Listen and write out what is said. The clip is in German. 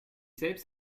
selbst